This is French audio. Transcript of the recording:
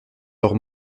leur